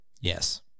Yes